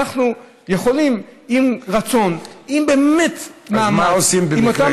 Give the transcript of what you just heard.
אנחנו יכולים, עם רצון, עם באמת מאמץ,